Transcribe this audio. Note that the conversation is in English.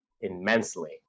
immensely